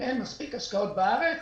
אם אין מספיק השקעות בארץ,